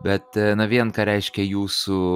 bet na vien ką reiškia jūsų